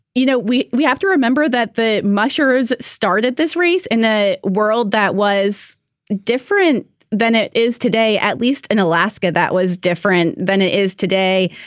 you know, we we have to remember that the mushers started this race in a world that was different than it is today, at least in alaska. that was different than it is today.